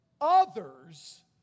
others